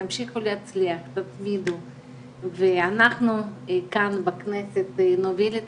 תמשיכו להצליח תתמידו ואנחנו כאן בכנסת נוביל את